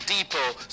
Depot